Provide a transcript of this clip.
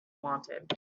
wanted